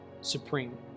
supreme